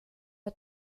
der